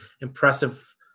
impressive